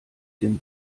dem